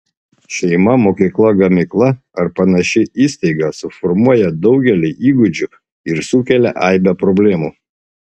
šeima mokykla gamykla ar panaši įstaiga suformuoja daugelį įgūdžių ir sukelia aibę problemų